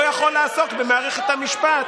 לא יכול לעסוק במערכת המשפט.